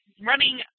running